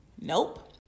Nope